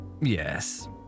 Yes